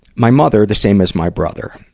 my mother, the same as my brother.